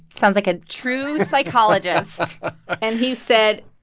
sounds like a true psychologist and he said,